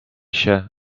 się